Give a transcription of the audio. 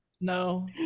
No